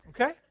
Okay